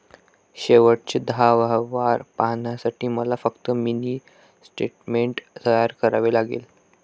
शेवटचे दहा व्यवहार पाहण्यासाठी मला फक्त मिनी स्टेटमेंट तयार करावे लागेल